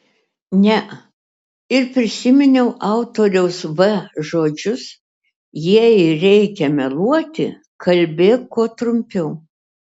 ne ir prisiminiau autoriaus v žodžius jei reikia meluoti kalbėk kuo trumpiau